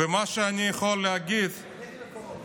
מה שאני יכול להגיד, באיזה מקורות?